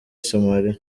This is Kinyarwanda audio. somalia